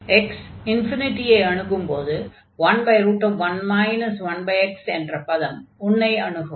அடுத்து x ∞ ஐ அணுகும்போது 11 1x என்ற பதம் 1 ஐ அணுகும்